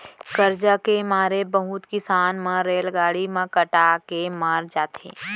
करजा के मारे बहुत किसान मन रेलगाड़ी म कटा के मर जाथें